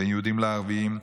בין יהודים לערבים,